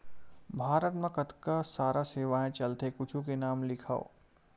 भारत मा कतका सारा सेवाएं चलथे कुछु के नाम लिखव?